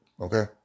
okay